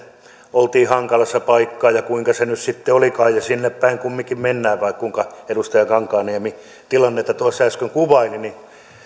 oltiin hankalassa paikkaa ja kuinka se nyt sitten olikaan ja sinne päin kumminkin mennään vai kuinka edustaja kankaanniemi tilannetta tuossa äsken kuvaili